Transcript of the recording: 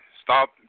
Stop